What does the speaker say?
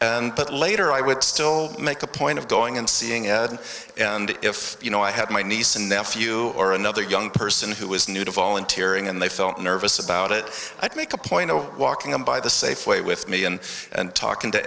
location but later i would still make a point of going and seeing if you know i had my niece and nephew or another young person who was new to volunteering and they felt nervous about it i'd make a point of walking them by the safeway with me and talking to